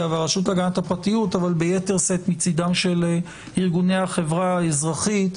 ורשות הגנת הפרטיות אבל ביתר משאת מצידם של ארגוני החברה האזרחית,